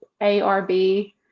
ARB